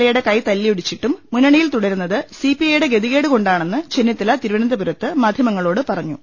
എയുടെ കൈ തല്ലിയൊടിച്ചിട്ടും മുന്ന ണിയിൽ തുടരുന്നത് സി പി ഐ യുടെ ഗതികേടുകൊണ്ടാ ണെന്ന് ചെന്നിത്തല തിരുവനന്തപുരത്ത് മാധ്യമങ്ങളോടു പറ ഞ്ഞു